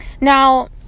Now